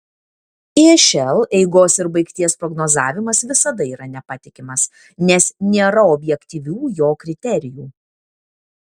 išl eigos ir baigties prognozavimas visada yra nepatikimas nes nėra objektyvių jo kriterijų